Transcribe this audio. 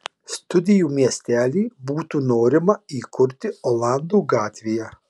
studijų miestelį būtų norima įkurti olandų gatvėje